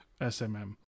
smm